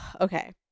okay